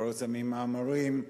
מתפרסמים מאמרים,